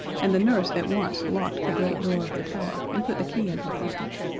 and the nurse at once locked the great door of the tower and put the key in her pocket.